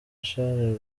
charles